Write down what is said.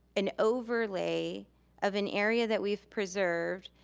an overlay of an area that we've preserved,